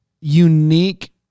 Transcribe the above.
unique